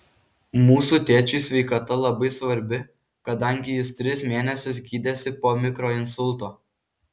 mūsų tėčiui sveikata labai svarbi kadangi jis tris mėnesius gydėsi po mikroinsulto